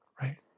Right